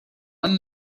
one